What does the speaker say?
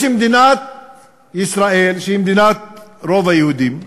יש מדינת ישראל, שהיא מדינת רוב היהודים,